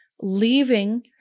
leaving